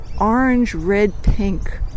orange-red-pink